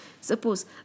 Suppose